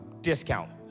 discount